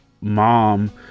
mom